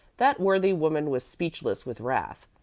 that worthy woman was speechless with wrath.